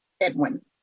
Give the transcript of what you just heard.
Edwin